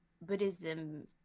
Buddhism